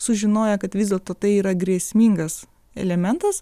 sužinoję kad vis dėlto tai yra grėsmingas elementas